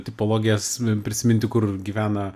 tipologijas prisiminti kur gyvena